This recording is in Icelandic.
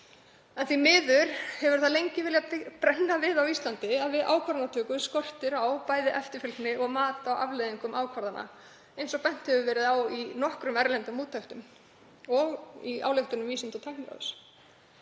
Því miður hefur það lengi viljað brenna við á Íslandi að við ákvarðanatöku skorti bæði á eftirfylgni og mat á afleiðingum ákvarðana eins og bent hefur verið á í nokkrum erlendum úttektum og í ályktunum Vísinda- og tækniráðs.